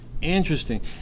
Interesting